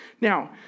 Now